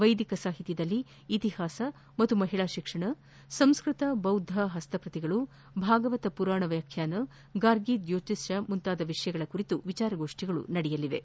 ವೈದಿಕ ಸಾಹಿತ್ಯದಲ್ಲಿ ಇತಿಹಾಸ ಮತ್ತು ಮಹಿಳಾ ಶಿಕ್ಷಣ ಸಂಸ್ಕತ ಬೌದ್ದ ಪಸ್ತಪ್ರತಿಗಳು ಭಾಗವತ ಪುರಾಣ ವ್ಯಾಖ್ಯಾನ ಗಾರ್ಗಿಯ ಜ್ಯೋತಿಷ ಮುಂತಾದ ವಿಷಯಗಳ ಕುರಿತು ವಿಚಾರಗೋಷ್ಠಿಗಳು ನಡೆಯಲಿವೆ